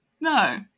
no